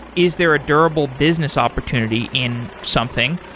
is there a durable business opportunity in something?